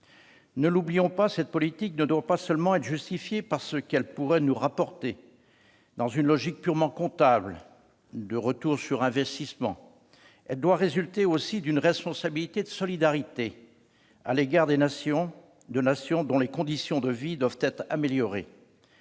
Ne l'oublions pas : cette politique ne doit pas seulement être justifiée par ce qu'elle pourrait nous rapporter, dans une logique purement comptable de retour sur investissement. Elle doit également résulter d'une responsabilité de solidarité à l'égard de nations dont les conditions de vie doivent être améliorées.